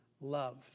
love